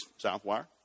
Southwire